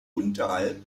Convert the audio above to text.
unterhalb